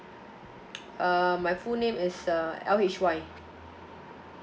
uh my full name is uh L H Y